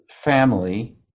family